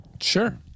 Sure